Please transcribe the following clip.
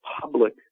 public